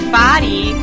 body